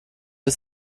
ist